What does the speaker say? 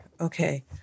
okay